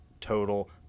total